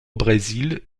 brésil